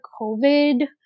COVID